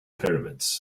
pyramids